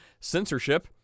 censorship